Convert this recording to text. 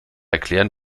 erklären